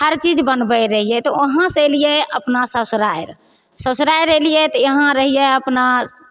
हर चीज बनबय रहिए तऽ वहाँसँ अयलियै अपना ससुरारि ससुरारि अयलिये तऽ यहाँ रहियै अपना